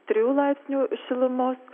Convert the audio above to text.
trijų laipsnių šilumos